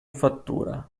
fattura